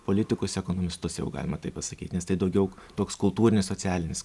politikus ekonomistus jeigu galima taip pasakyt nes tai daugiau toks kultūrinis socialinis